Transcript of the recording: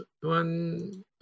one